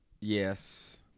Yes